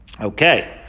Okay